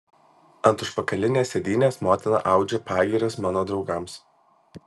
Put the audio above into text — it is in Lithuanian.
ant užpakalinės sėdynės motina audžia pagyras mano draugams